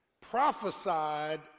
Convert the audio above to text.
prophesied